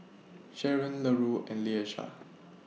Sharon Larue and Leisha